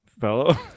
fellow